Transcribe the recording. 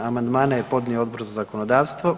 Amandmane je podnio Odbor za zakonodavstvo.